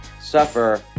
suffer